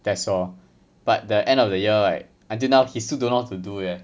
that's all but the end of the year right until now he still don't know how to do that